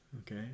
Okay